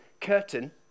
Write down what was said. curtain